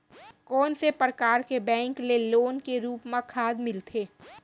कोन से परकार के बैंक ले लोन के रूप मा खाद मिलथे?